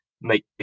make